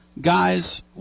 guys